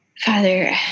father